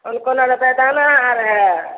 कोन कोन आर बेदाना आर हए